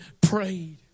prayed